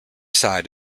side